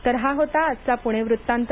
तर हा होता आजचा पुणे वृत्तांत